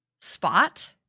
spot